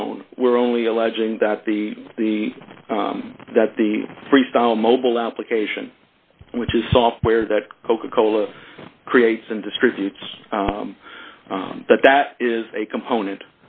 phone we're only alleging that the the that the freestyle mobile application which is software that coca cola creates and distributes that that is a component